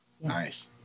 nice